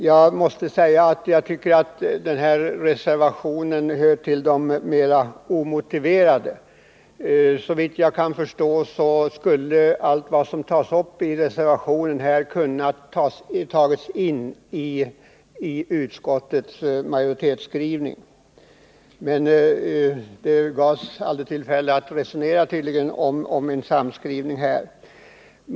Jag tycker att den här reservationen hör till de mer omotiverade. Såvitt jag kan förstå skulle allt vad som tas upp i reservationen ha kunnat tas in i utskottets majoritetsskrivning, men det gavs tydligen aldrig tillfälle att resonera om en samskrivning.